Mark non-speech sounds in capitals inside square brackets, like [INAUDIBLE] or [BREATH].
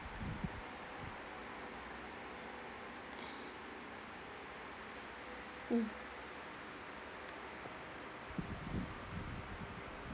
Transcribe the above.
[BREATH] mm